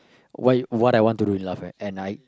why what I want to do in life right now at night